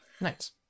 nice